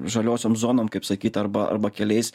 žaliosiom zonom kaip sakyt arba arba keliais